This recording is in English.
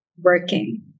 working